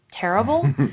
terrible